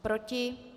Proti?